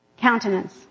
countenance